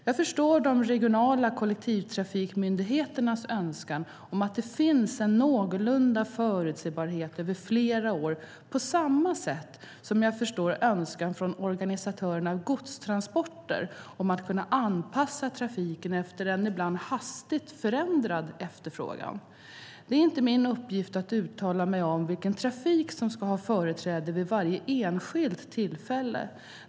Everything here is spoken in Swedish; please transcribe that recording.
Jag förstår de regionala kollektivtrafikmyndigheternas önskan att det ska finnas en någorlunda förutsebarhet över flera år, på samma sätt som jag förstår önskan från organisatörerna av godstransporter att kunna anpassa trafiken efter en ibland hastigt förändrad efterfrågan. Det är inte min uppgift att uttala mig om vilken trafik som ska ha företräde vid varje enskilt tillfälle.